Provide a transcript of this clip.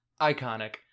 iconic